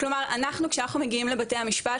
כלומר אנחנו כשאנחנו מגים לבתי המשפט,